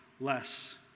less